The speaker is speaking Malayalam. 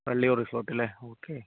വള്ളിയൂർ റിസോർട്ട് അല്ലേ ഓക്കേ